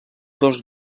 dos